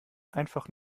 einfach